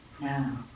now